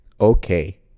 okay